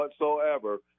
whatsoever